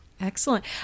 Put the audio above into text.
Excellent